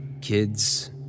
kids